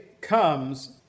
comes